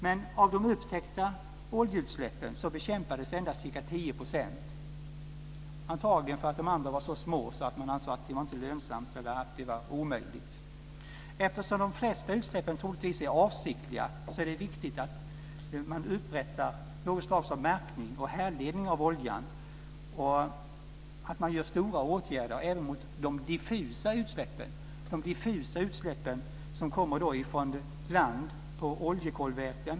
Men av de upptäckta oljeutsläppen bekämpades endast ca 10 %, antagligen därför att de andra var så små att man ansåg att det inte var lönsamt eller att det var omöjligt. Eftersom de flesta utsläpp troligtvis är avsiktliga är det viktigt att man upprättar något slags märkning och härledning av oljan och att man vidtar stora åtgärder även mot de diffusa utsläppen som kommer från land i form av oljekolväten.